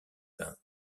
peintres